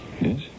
Yes